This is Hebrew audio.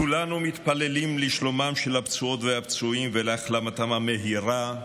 כולנו מתפללים לשלומם של הפצועות והפצועים ולהחלמתם המהירה,